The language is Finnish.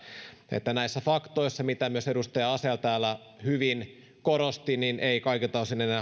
että faktoissa mitä myös edustaja asell täällä hyvin korosti ei kaikilta